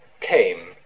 came